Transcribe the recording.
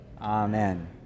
Amen